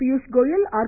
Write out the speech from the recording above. Piyush Goyal R